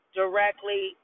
directly